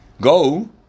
Go